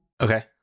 Okay